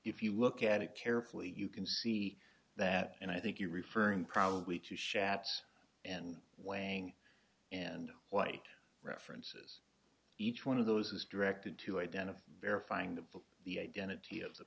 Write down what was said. if you look at it carefully you can see that and i think you're referring probably to shabbes and way and white references each one of those is directed to identify verifying the book the identity